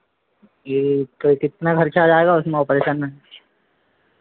जी कितना खर्चा आएगा उसमें ऑपरेशन में